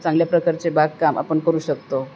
चांगल्या प्रकारचे बागकाम आपण करू शकतो